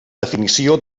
definició